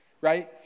Right